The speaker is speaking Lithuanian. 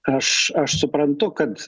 aš aš suprantu kad